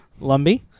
Lumby